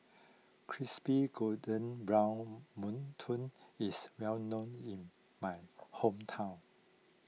Crispy Golden Brown Mantou is well known in my hometown